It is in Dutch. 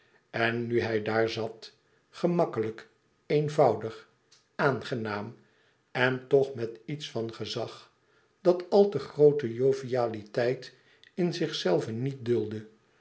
en nu hij daar zat gemakkelijk eenvoudig aangenaam en toch met iets van gezag dat al te groote jovialiteit in zichzelven niet duldde